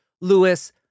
Lewis